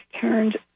turned